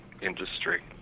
industry